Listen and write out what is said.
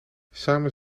samen